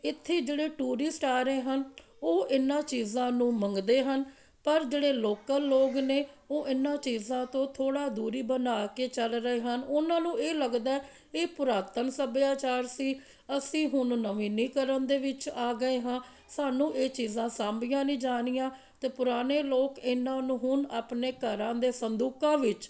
ਇੱਥੇ ਜਿਹੜੇ ਟੂਰਿਸਟ ਆ ਰਹੇੇ ਹਨ ਉਹ ਇਨ੍ਹਾਂ ਚੀਜ਼ਾਂ ਨੂੰ ਮੰਗਦੇ ਹਨ ਪਰ ਜਿਹੜੇ ਲੋਕਲ ਲੋਕ ਨੇ ਉਹ ਇਨ੍ਹਾਂ ਚੀਜ਼ਾਂ ਤੋਂ ਥੋੜ੍ਹਾ ਦੂਰੀ ਬਣਾ ਕੇ ਚੱਲ ਰਹੇ ਹਨ ਉਨ੍ਹਾਂ ਨੂੰ ਇਹ ਲੱਗਦਾ ਇਹ ਪੁਰਾਤਨ ਸੱਭਿਆਚਾਰ ਸੀ ਅਸੀਂ ਹੁਣ ਨਵੀਨੀਕਰਨ ਦੇ ਵਿੱਚ ਆ ਗਏ ਹਾਂ ਸਾਨੂੰ ਇਹ ਚੀਜ਼ਾਂ ਸਾਂਭੀਆਂ ਨਹੀਂ ਜਾਣੀਆਂ ਅਤੇ ਪੁਰਾਣੇ ਲੋਕ ਇਨ੍ਹਾਂ ਨੂੰ ਹੁਣ ਆਪਣੇ ਘਰਾਂ ਦੇ ਸੰਦੂਕਾਂ ਵਿੱਚ